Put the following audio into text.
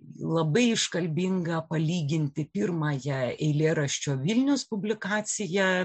labai iškalbinga palyginti pirmąją eilėraščio vilnius publikaciją